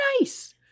nice